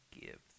give